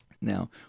Now